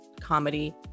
comedy